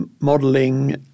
modeling